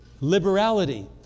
liberality